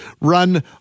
run